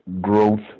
growth